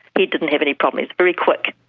he didn't have any problem, he very quick.